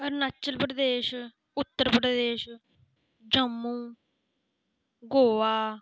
Arunachal Pradesh Uttar Pradesh Jammu Goa